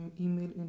email